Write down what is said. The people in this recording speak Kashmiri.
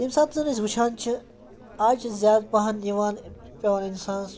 ییٚمہِ ساتہٕ زَن أسۍ وٕچھان چھِ آز چھِ زیادٕ پَہَن یِوان پٮ۪وان اِنسانَس